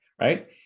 right